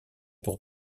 pour